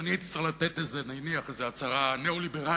אם אני אצטרך לתת איזו הצהרה ניאו-ליברלית,